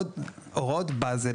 הוראות באזל,